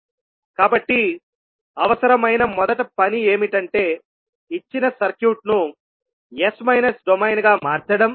కాబట్టి అవసరమైన మొదటి పని ఏమిటంటే ఇచ్చిన సర్క్యూట్ను S మైనస్ డొమైన్గా మార్చడం